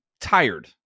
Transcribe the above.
tired